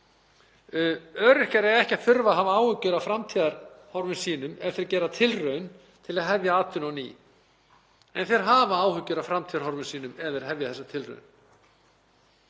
Öryrkjar eiga ekki að þurfa að hafa áhyggjur af framtíðarhorfum sínum ef þeir gera tilraun til að hefja atvinnu á ný, en þeir hafa áhyggjur af framtíðarhorfum sínum ef þeir hefja þessa tilraun.